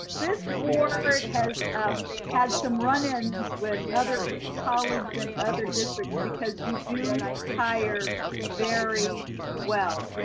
this board has ah had some run ins with other colleagues in other districts because you do hire very well.